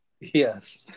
Yes